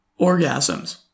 orgasms